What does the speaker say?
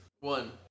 One